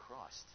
Christ